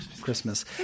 Christmas